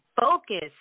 focus